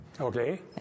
Okay